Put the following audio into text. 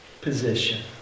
position